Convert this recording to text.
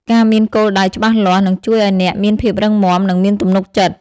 ការមានគោលដៅច្បាស់លាស់នឹងជួយឲ្យអ្នកមានភាពរឹងមាំ និងមានទំនុកចិត្ត ។